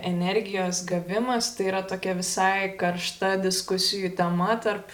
energijos gavimas tai yra tokia visai karšta diskusijų tema tarp